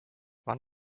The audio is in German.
wann